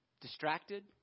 Distracted